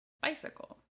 bicycle